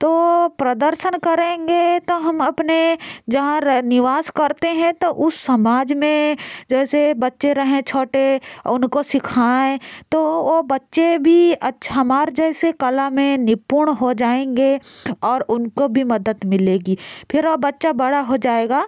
तो प्रदर्शन करेंगे तो हम अपने जहाँ रह निवास करते हैं तो उस समाज में जैसे बच्चे रहें छोटे उनको सिखाएँ तो वो बच्चे भी छमार जैसे कला में निपुण हो जाएँगे और उनको भी मदद मिलेगी फिर वो बच्चा बड़ा हो जाएगा